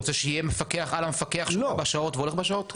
אתה רוצה שיהיה מפקח על המפקח שהוא בא בשעות והולך בשעות?